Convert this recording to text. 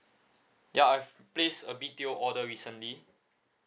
ya I've placed a B_T_O order recently